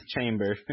chamber